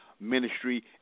Ministry